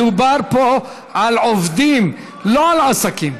מדובר פה על עובדים, לא על עסקים.